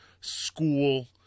school